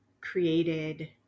created